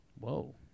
Whoa